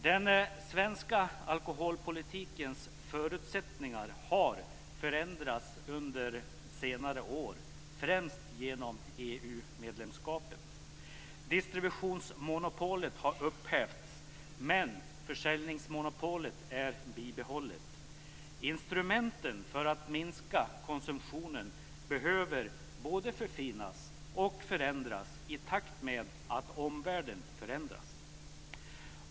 Den svenska alkoholpolitikens förutsättningar har förändrats under senare år, främst genom EU medlemskapet. Distributionsmonopolet har upphävts, men försäljningsmonopolet är bibehållet. Instrumenten för att minska konsumtionen behöver både förfinas och förändras i takt med att omvärlden förändras.